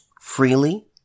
freely